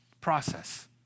process